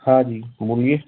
हाँ जी बोलिए